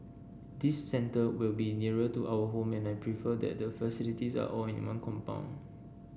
this centre will be nearer to our home and I prefer that the facilities are all in one compound